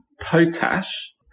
potash